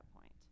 point